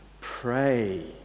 pray